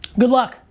good luck,